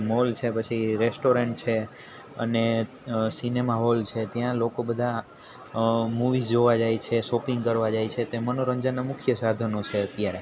mall છે પછી restaurant છે અને સિનેમા હોલ છે ત્યાં લોકો બધા મૂવીઝ જોવા જાય છે શોપિંગ કરવા જાય છે તે મનોરંજનના મુખ્ય સાધનો છે અત્યારે